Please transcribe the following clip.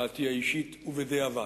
זו דעתי האישית ובדיעבד.